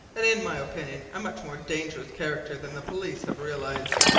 and in my opinion a much more dangerous character than the police have realised.